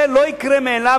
זה לא יקרה מאליו,